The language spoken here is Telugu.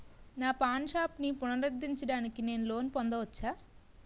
నా పాన్ షాప్ని పునరుద్ధరించడానికి నేను లోన్ పొందవచ్చా?